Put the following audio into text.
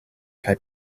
kaj